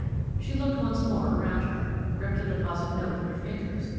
she looked once more around her, gripped the deposit note in her fingers,